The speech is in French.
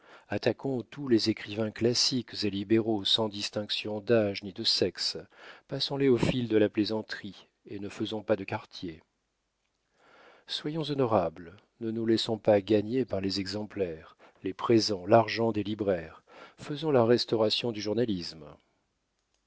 attaquons tous les écrivains classiques et libéraux sans distinction d'âge ni de sexe passons les au fil de la plaisanterie et ne faisons pas de quartier soyons honorables ne nous laissons pas gagner par les exemplaires les présents l'argent des libraires faisons la restauration du journalisme